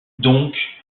donc